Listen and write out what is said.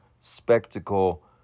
spectacle